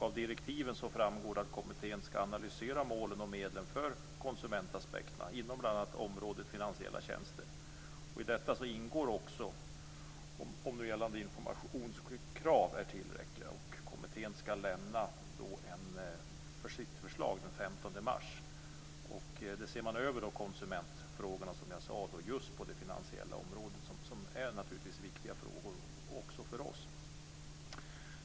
Av direktiven framgår det att kommittén ska analysera målen och medlen för konsumentaspekterna inom bl.a. området finansiella tjänster. I detta ingår också frågan om nu gällande informationskrav är tillräckliga. Kommittén ska lämna sitt förslag den 15 mars innevarande år.